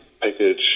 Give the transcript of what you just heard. package